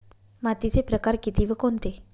मातीचे प्रकार किती व कोणते?